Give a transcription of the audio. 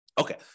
Okay